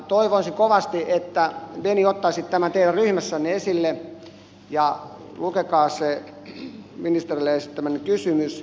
toivoisin kovasti että ben ottaisit tämän teidän ryhmässänne esille ja lukekaa se ministerille esittämäni kysymys